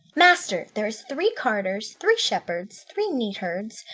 master, there is three carters, three shepherds, three neat-herds,